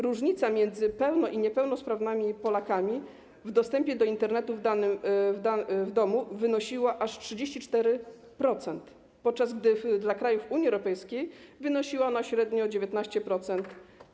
Różnica między pełno- i niepełnosprawnymi Polakami w zakresie dostępu do Internetu w domu wyniosła aż 34%, podczas gdy dla krajów Unii Europejskiej wynosi ona średnio 19%.